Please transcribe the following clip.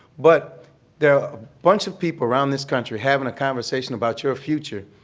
but there are a bunch of people around this country having a conversation about your future,